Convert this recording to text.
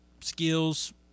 skills